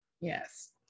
yes